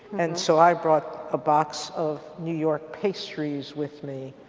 and so i brought a box of new york pastries with me.